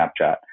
Snapchat